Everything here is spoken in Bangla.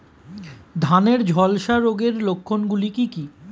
ধানের ঝলসা রোগের লক্ষণগুলি কি কি?